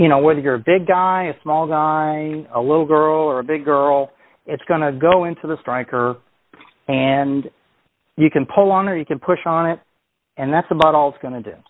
you know whether you're a big guy a small guy a little girl or a big girl it's going to go into the striker and you can pull on or you can push on it and that's about all it's going to do